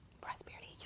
Prosperity